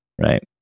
right